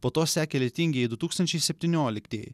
po to sekė lietingieji du tūkstančiai septynioliktieji